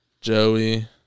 Joey